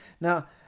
Now